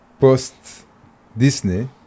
post-Disney